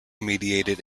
mediated